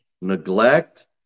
Neglect